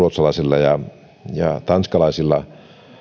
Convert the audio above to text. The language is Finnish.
niillä ruotsalaisilla ja tanskalaisilla